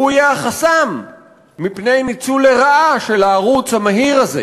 שהוא יהיה החסם מפני ניצול לרעה של הערוץ המהיר הזה,